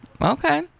Okay